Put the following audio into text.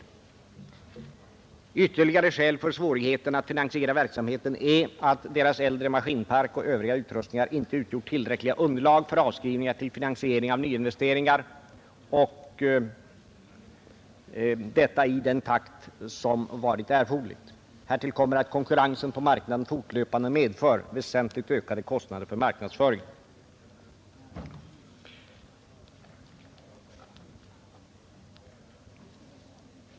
En ytterligare orsak till svårigheterna att finansiera verksamheten är att de mindre företagens äldre maskinpark och övriga utrustning inte i den takt som varit erforderlig har utgjort tillräckligt underlag för avskrivningar till finansiering av nyinvesteringar. Härtill kommer att konkurrensen på marknaden fortlöpande medför väsentligt ökade kostnader för marknadsföring.